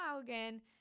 again